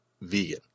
vegan